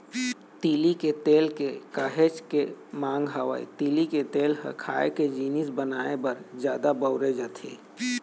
तिली के तेल के काहेच के मांग हवय, तिली तेल ह खाए के जिनिस बनाए बर जादा बउरे जाथे